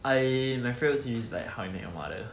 I my favourite series is like how I met your mother